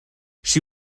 she